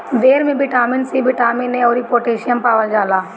बेर में vitamin C, vitamin A अउरी पोटैशियम पावल जाला